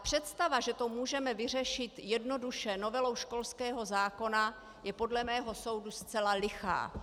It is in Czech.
Představa, že to můžeme vyřešit jednoduše novelou školského zákona, je podle mého soudu zcela lichá.